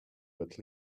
but